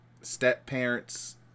step-parents